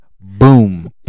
Boom